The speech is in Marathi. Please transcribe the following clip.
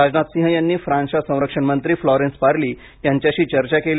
राजनाथ सिंह यांनी फ्रान्सच्या संरक्षण मंत्री फ्लॉरेन्स पार्ली यांच्याशी चर्चा केली